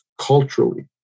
culturally